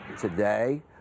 Today